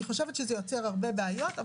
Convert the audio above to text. אני חושבת שזה יוצר הרבה בעיות,